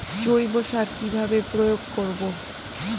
জৈব সার কি ভাবে প্রয়োগ করব?